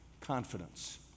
Confidence